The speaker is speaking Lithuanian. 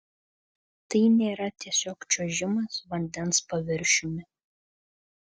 tai nėra tiesiog čiuožimas vandens paviršiumi